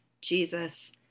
Jesus